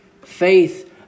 Faith